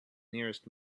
nearest